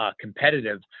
competitive